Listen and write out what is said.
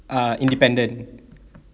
uh independent